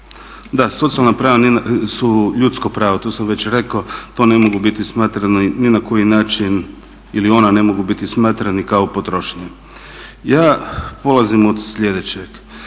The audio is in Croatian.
razumije./… su ljudsko pravo, to sam već rekao, to ne mogu biti smatrani ni na koji način, ili ona ne mogu biti smatrani kao potrošnja. Ja polazim od sljedećeg,